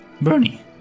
Bernie